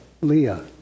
Leah